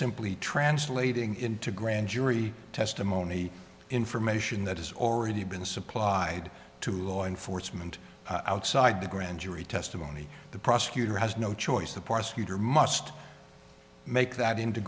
simply translating into grand jury testimony information that has already been supplied to law enforcement outside the grand jury testimony the prosecutor has no choice to parse uter must make that into